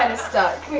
and stuck.